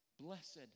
blessed